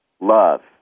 love